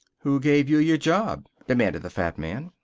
who gave you your job? demanded the fat man.